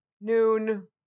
noon